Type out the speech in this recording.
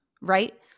right